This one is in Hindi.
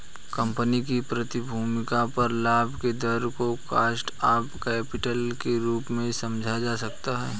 कंपनी की प्रतिभूतियों पर लाभ के दर को कॉस्ट ऑफ कैपिटल के रूप में समझा जा सकता है